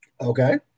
Okay